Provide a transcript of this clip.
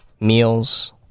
Meals